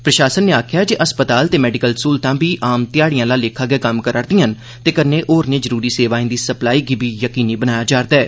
प्रशासन ने आक्खेआ ऐ जे अस्पताल ते मेडिकल स्हूलतां बी आम ध्याड़े आला लेखां गै कम्म करा रदियां न ते कन्नै होरनें ज़रूरी सेवाएं दी सप्लाई गी बी यकीनी बनाया जा'रदा ऐ